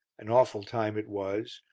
an awful time it was,